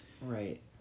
right